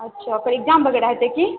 अच्छा ओकर एक्जाम वगैरह होयतै कि